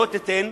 לא תיתן,